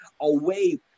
away